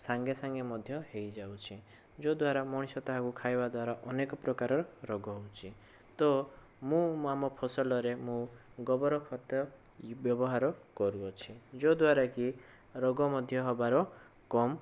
ସାଙ୍ଗେ ସାଙ୍ଗେ ମଧ୍ୟ ହେଇଯାଉଛି ଯଦ୍ୱାରା ମଣିଷ ତାହାକୁ ଖାଇବା ଦ୍ୱାରା ଅନେକ ପ୍ରକାର ରୋଗ ହେଉଛି ତ ମୁଁ ଆମ ଫସଲରେ ମୁଁ ଗୋବର ଖତ ବ୍ୟବହାର କରୁଅଛି ଯଦ୍ୱାରା କି ରୋଗ ମଧ୍ୟ ହେବାର କମ